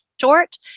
short